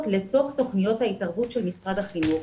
לתוך תוכניות ההתערבות של משרד החינוך.